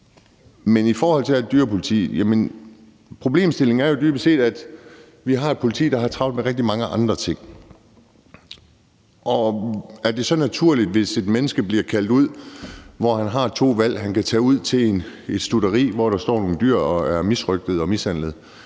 at problemstillingen jo dybest set er, at vi har et politi, der har travlt med rigtig mange andre ting. Og så er det naturligt, at hvis en politimand bliver kaldt ud og han har et valg – han kan tage ud til et stutteri, hvor der står nogle dyr og er misrøgtede og mishandlede,